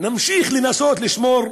נמשיך לנסות לשמור.